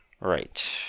Right